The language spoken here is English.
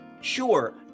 Sure